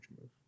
move